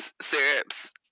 syrups